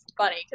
funny